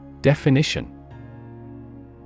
Definition